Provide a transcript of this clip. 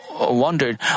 wondered